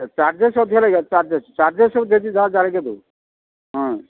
charges ଅଧିକ ଲାଗିବ charges charges ହଁ